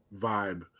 vibe